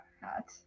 hat